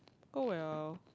oh well